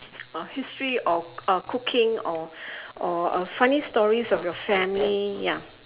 uh history or or cooking or or or funny stories of your family ya